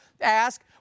ask